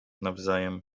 nawzajem